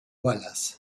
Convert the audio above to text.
wallace